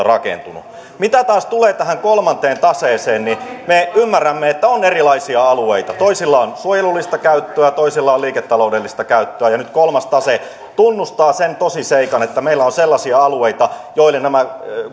rakentunut mitä taas tulee tähän kolmanteen taseeseen niin me ymmärrämme että on erilaisia alueita toisilla on suojelullista käyttöä toisilla on liiketaloudellista käyttöä nyt kolmas tase tunnustaa sen tosiseikan että meillä on sellaisia alueita joille